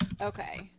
okay